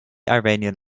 iranian